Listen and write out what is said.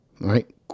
right